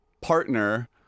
partner